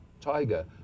tiger